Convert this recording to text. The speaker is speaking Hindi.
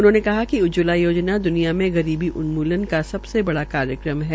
उन्होंने कहा िक उज्जवला योजना द्निया में गरीबी उन्मूल्यन का सबसे बड़ा कार्यक्रम है